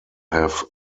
have